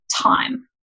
time